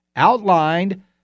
outlined